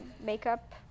makeup